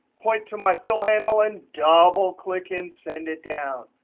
point to my fill handle, and double click, and send it down,